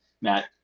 Matt